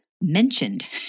mentioned